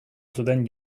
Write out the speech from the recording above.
zuten